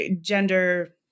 gender